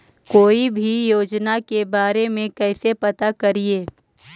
कोई भी योजना के बारे में कैसे पता करिए?